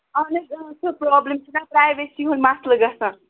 اَہن حظ سُہ پرٛابلِم چھِ مےٚ پرٮ۪ویٚسی ہُنٛد مسلہٕ گَژھان